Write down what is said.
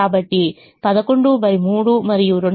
కాబట్టి 113 మరియు 23